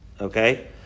Okay